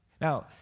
Now